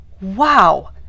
wow